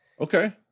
Okay